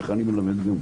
איך אני מלמד גם?